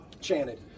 chanted